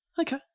Okay